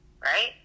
right